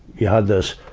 you had this,